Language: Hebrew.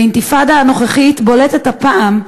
באינתיפאדה הנוכחית בולטת הפעם,